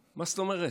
מה זאת אומרת?